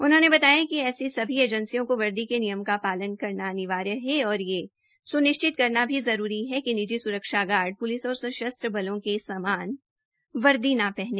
उन्होंने बताया कि सभी एजेंसियों को वर्दी के नियम का पालन करना अनिवार्य है और यह सुनिश्चित करना जरूरी है कि निजी सुरक्षा गार्ड पुलिस और संशस्त्र बलों के समान वर्दी न पहने